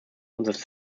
unseres